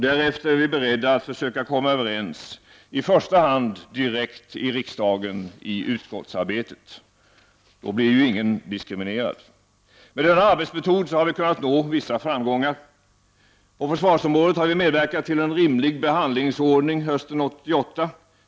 Därefter är vi beredda att försöka komma överens, i första hand direkt i riksdagen i utskottsarbetet. Därigenom blir ingen diskriminerad. Med denna arbetsmetod har vi kunnat nå vissa framgångar: På försvarsområdet har vi medverkat till en rimlig behandlingsordning hösten 1988.